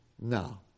No